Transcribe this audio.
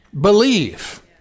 believe